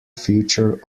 future